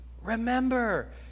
remember